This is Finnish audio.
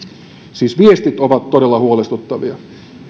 siis viestit ovat todella huolestuttavia